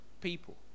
people